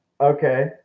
Okay